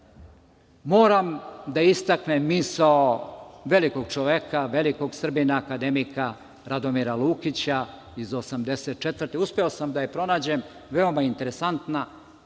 moram da istaknem misao velikog čoveka, velikog Srbina, akademika Radomira Lukića iz 1984. godine, uspeo sam da je pronađem, veoma interesantna.